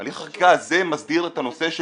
הליך החקיקה הזה מסדיר את הנושא של